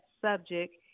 subject